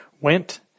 went